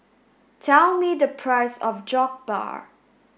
tell me the price of Jokbal